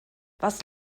was